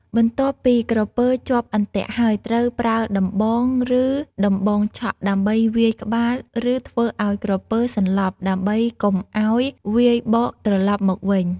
បន្ទាប់ពីក្រពើជាប់អន្ទាក់ហើយ ត្រូវប្រើដំបង ឬដំបងឆក់ដើម្បីវាយក្បាល ឬធ្វើឲ្យក្រពើសន្លប់ ដើម្បីកុំឲ្យវាយបកត្រឡប់មកវិញ។